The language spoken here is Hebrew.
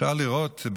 אפשר לראות,